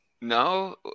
no